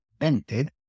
invented